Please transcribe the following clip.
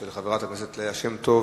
של חברת הכנסת ליה שמטוב,